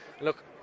look